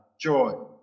joy